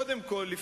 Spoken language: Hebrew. קודם כול,